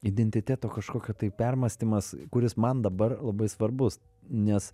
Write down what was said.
identiteto kažkokio tai permąstymas kuris man dabar labai svarbus nes